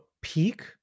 peak